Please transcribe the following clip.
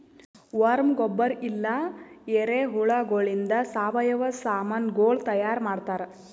worm ಗೊಬ್ಬರ ಇಲ್ಲಾ ಎರೆಹುಳಗೊಳಿಂದ್ ಸಾವಯವ ಸಾಮನಗೊಳ್ ತೈಯಾರ್ ಮಾಡ್ತಾರ್